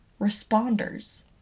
responders